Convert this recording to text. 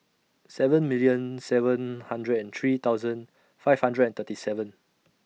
seven million seven hundred and three thousand five hundred and thirty seven